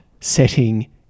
setting